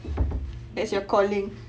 that's your calling